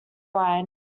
line